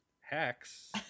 Hacks